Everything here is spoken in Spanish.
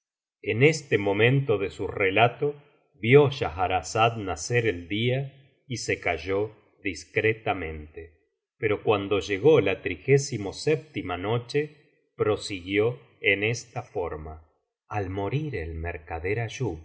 en este momento je su relato vio schahrazada nacer el día y se calló discretamente pero cuando llegó la noche prosiguió en esta forma al morir el